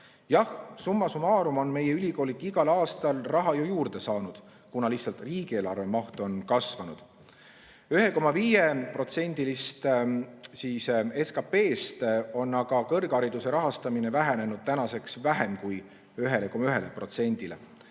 Jah, summa summarumon meie ülikoolid igal aastal raha juurde saanud, kuna riigieelarve maht on lihtsalt kasvanud. 1,5%‑lt SKP‑st on aga kõrghariduse rahastamine vähenenud tänaseks vähem kui 1,1%‑le.